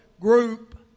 group